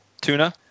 tuna